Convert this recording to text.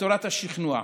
בתורת השכנוע: